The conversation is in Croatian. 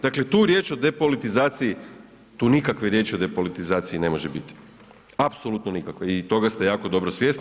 Dakle, tu riječ o depolitizaciji, tu nikakve riječi o depolitizaciji ne može biti, apsolutno nikakve i toga ste jako dobro svjesni.